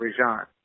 Rajan